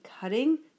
cutting